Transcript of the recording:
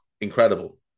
incredible